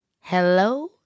Hello